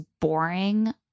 boring